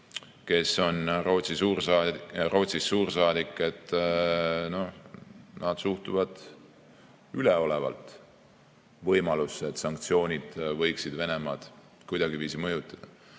kes on Rootsis suursaadik, et nad suhtuvad üleolevalt võimalusse, et sanktsioonid võiksid Venemaad kuidagiviisi mõjutada.